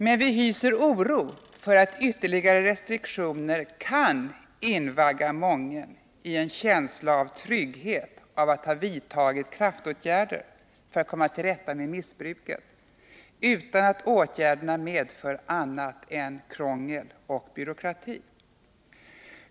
Men vi hyser oro för att ytterligare restriktioner kan invagga mången i en känsla av trygghet över att ha vidtagit kraftåtgärder för att komma till rätta med missbruket utan att åtgärderna medför annat än krångel och byråkrati.